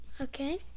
okay